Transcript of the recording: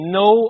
no